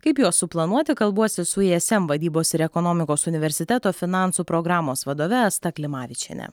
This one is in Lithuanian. kaip juos suplanuoti kalbuosi su ism vadybos ir ekonomikos universiteto finansų programos vadove asta klimavičienė